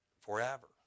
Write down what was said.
forever